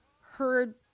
heard